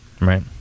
right